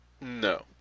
No